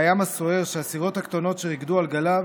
והים הסוער שהסירות הקטנות שריקדו על גליו